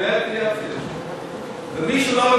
ומי שלא,